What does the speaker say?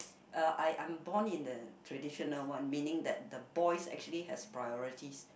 uh I I'm born in a traditional one meaning that the boys actually has priorities